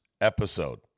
episode